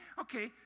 Okay